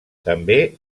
també